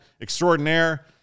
Extraordinaire